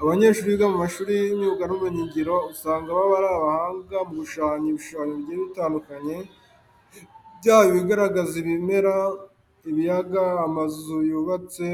Abanyeshuri biga mu mashuri y'imyuga n'ubumenyingiro usanga baba ari abahanga mu gushushanya ibishushanyo bigiye bitandukanye byaba ibigaragaza ibimera, ibiyaga, amazu y'ubatse